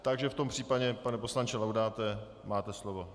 Takže v tom případě pane poslanče Laudáte máte slovo.